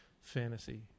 fantasy